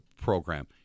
program